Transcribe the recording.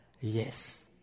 Yes